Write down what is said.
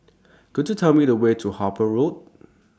Could YOU Tell Me The Way to Harper Road